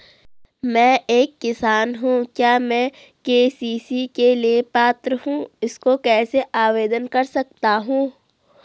मैं एक किसान हूँ क्या मैं के.सी.सी के लिए पात्र हूँ इसको कैसे आवेदन कर सकता हूँ?